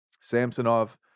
Samsonov